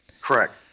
Correct